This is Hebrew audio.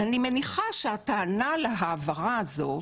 אני מניחה שהטענה להעברה הזאת,